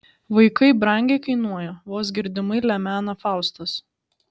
vaikai brangiai kainuoja vos girdimai lemena faustas